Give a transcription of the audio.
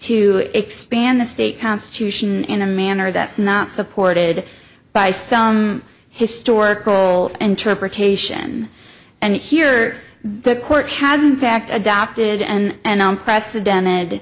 to expand the state constitution in a manner that's not supported by some historical interpretation and here the court has unpacked adopted and unprecedent